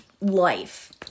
life